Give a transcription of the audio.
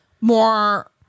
more